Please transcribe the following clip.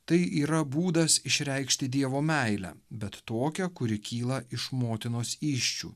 tai yra būdas išreikšti dievo meilę bet tokią kuri kyla iš motinos įsčių